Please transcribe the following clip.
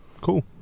Cool